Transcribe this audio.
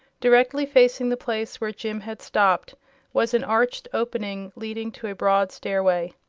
directly facing the place where jim had stopped was an arched opening leading to a broad stairway.